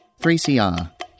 3CR